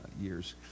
years